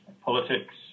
Politics